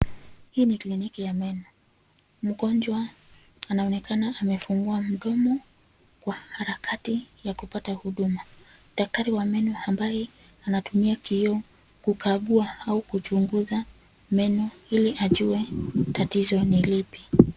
Hii ni kliniki ya meno. Mgonjwa anaonekana amefungua mdomo, kwa harakati ya kupata huduma. Daktari wa meno ambaye anatumia kioo kukagua au kuchunguza meno ili ajue tatizo ni lipi.